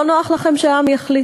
לא נוח לכם שהעם יחליט?